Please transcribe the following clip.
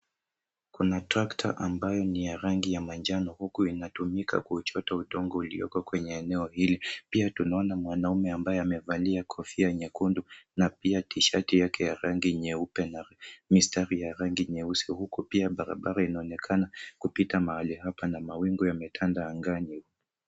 Kuna trakta ambayo ni ya rangi ya manjano huku inatumika kuchota udongo ulioko kwenye eneo hili. Pia tunaona mwanamume ambaye amevalia kofia nyekundu na pia tshati yake ya rangi nyeupe na mistari ya rangi nyeusi huku pia barabara inaonekana kupita mahali hapa na mawingu yametanda angani.